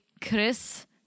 Chris